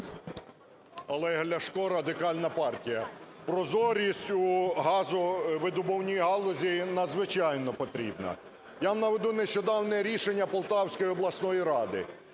Олег Ляшко, Радикальна партія. Прозорість у газовидобувній галузі надзвичайно потрібна. Я наведу нещодавнє рішення Полтавської обласної ради: